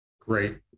Great